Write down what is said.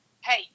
hey